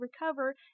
recover